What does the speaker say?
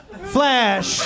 Flash